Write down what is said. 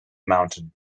mountain